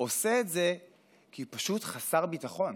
זה לא כל כך שונה מבריון בתיכון.